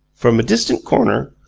from a distant corner,